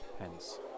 Hence